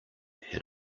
had